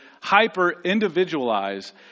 hyper-individualize